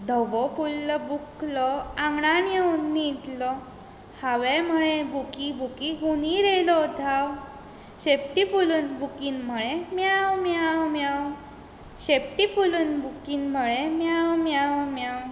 धवो फुल्ल बुकलो आंगणांत येवन न्हिदलो हांवें म्हळें बुकी बुकी हुनीर येलो धांव शेंपटी फुलोवन बुकीन म्हळें म्यांव म्यांव म्यांव शेंपटी फुलोवन बुकीन म्हळें म्यांव म्यांव म्यांव